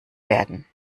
werden